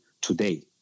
today